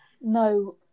No